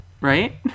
Right